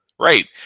Right